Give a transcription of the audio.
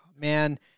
man